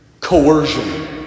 coercion